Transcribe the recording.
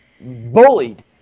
bullied